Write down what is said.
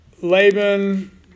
Laban